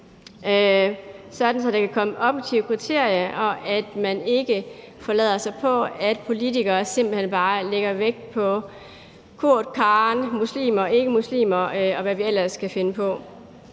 sådan at der kan komme objektive kriterier, og at man ikke forlader sig på, at politikere simpelt hen bare lægger vægt på, at nogle hedder Kurt eller Karen eller er muslimer eller ikkemuslimer, og hvad vi ellers kan finde på.